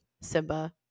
Simba